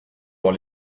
dans